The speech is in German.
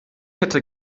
hätte